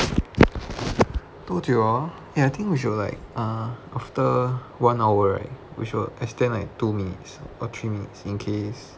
eh I think we should like uh after one hour right we should extend like two minutes or three minutes in case